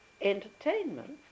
entertainment